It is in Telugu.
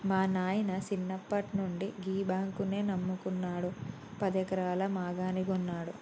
మా నాయిన సిన్నప్పట్నుండి గీ బాంకునే నమ్ముకున్నడు, పదెకరాల మాగాని గొన్నడు